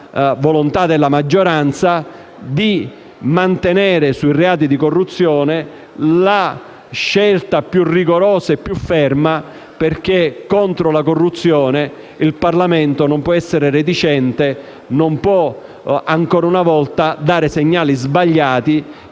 volontà della maggioranza di mantenere sui reati di corruzione la scelta più rigorosa e ferma. Contro la corruzione, infatti, il Parlamento non può essere reticente, non può ancora una volta dare segnali sbagliati